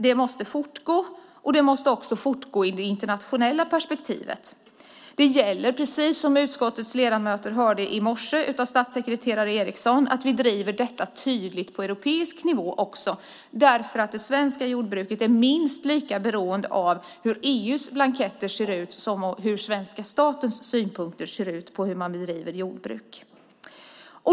Det måste fortgå, och det måste fortgå i det internationella perspektivet. Det gäller, precis som utskottets ledamöter hörde i morse av statssekretare Eriksson, att vi driver detta tydligt på europeisk nivå därför att det svenska jordbruket är minst lika beroende av hur EU:s blanketter ser ut som av hur svenska statens synpunkter ser ut på hur man bedriver jordbruk.